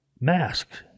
masks